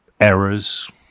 errors